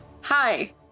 Hi